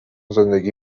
زندگی